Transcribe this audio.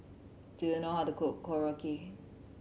do you know how to cook Korokke